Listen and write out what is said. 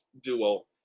duo